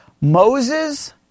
Moses